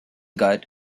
gut